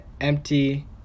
empty